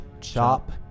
Chop